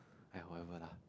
aiya whatever lah